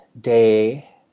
day